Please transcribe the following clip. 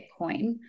bitcoin